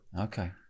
Okay